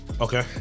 Okay